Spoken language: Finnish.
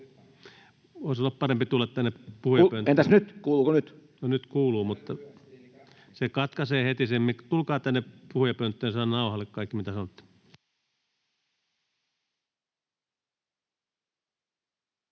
Voisi olla parempi tulla tänne puhujapönttöön. Nyt kuuluu, mutta se katkeaa heti. Tulkaa tänne puhujapönttöön, niin että saadaan nauhalle kaikki, mitä sanotte.